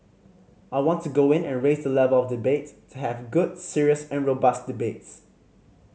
I want to go in and raise the level of debate to have good serious and robust debates